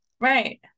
Right